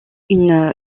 une